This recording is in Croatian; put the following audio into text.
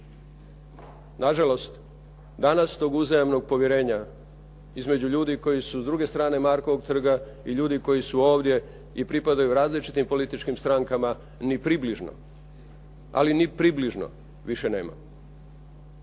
Na žalost danas tog uzajamnog povjerenja između ljudi koji su s druge strane Markovog trga i ljudi koji su ovdje i pripadaju različitim političkim strankama ni približno, ali ni približno više nema.